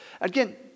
Again